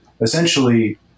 essentially